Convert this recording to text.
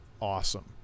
awesome